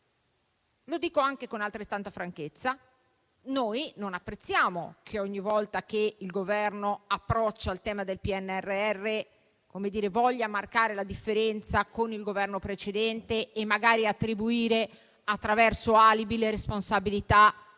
Dico anche, con altrettanta franchezza, che non apprezziamo che, ogni volta che il Governo approccia al tema del PNRR, voglia marcare la differenza con il Governo precedente e magari attribuire, attraverso alibi, le responsabilità